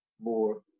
more